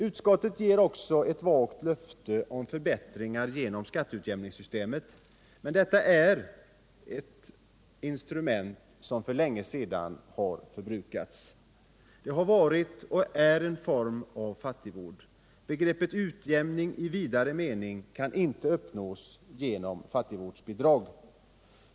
Utskottet ger också ett vagt löfte om förbättringar genom skatteutjämningssystemet. Men detta instrument är för länge sedan förbrukat. Det har varit och är en form av fattigvård. Utjämning i vidare mening kan inte uppnås genom fattigvårdsbidrag.